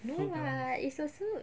no [what] it's also